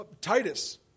Titus